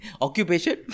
occupation